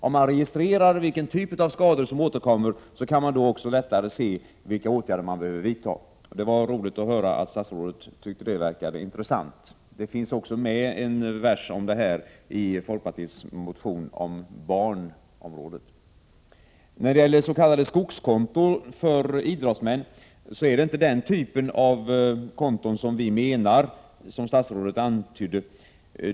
Om man registrerade vilka typer av skador som återkommer, kunde man se vilka åtgärder som kan vidtas. Det var roligt att statsrådet tyckte detta var ett intressant förslag. Det finns också med ett avsnitt om detta i folkpartiets motion på barnområdet. När jag talade om skogskonton menade jag inte den typ av konton som statsrådet antydde.